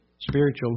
spiritual